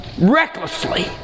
recklessly